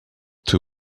too